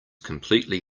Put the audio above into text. completely